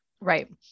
Right